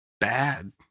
bad